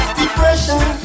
depression